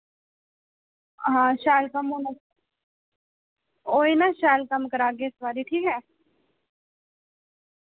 ओह् शैल ओह् शैल कम्म करागे इस बारी